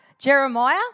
Jeremiah